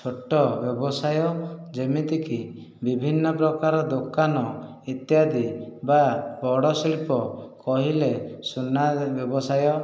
ଛୋଟ ବ୍ୟବସାୟ ଯେମିତିକି ବିଭିନ୍ନପ୍ରକାର ଦୋକାନ ଇତ୍ୟାଦି ବା ବଡ଼ ଶିଳ୍ପ କହିଲେ ସୁନା ବ୍ୟବସାୟ